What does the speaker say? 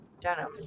denim